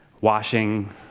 washing